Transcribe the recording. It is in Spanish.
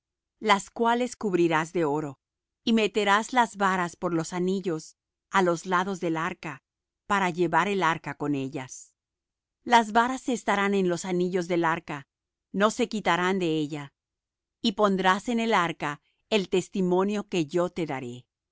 las cuales cubrirás de oro y meterás las varas por los anillos á los lados del arca para llevar el arca con ellas las varas se estarán en los anillos del arca no se quitarán de ella y pondrás en el arca el testimonio que yo te daré